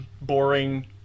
Boring